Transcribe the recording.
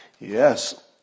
Yes